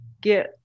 get